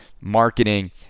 marketing